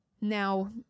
Now